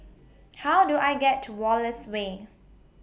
How Do I get to Wallace Way